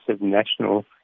national